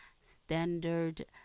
standard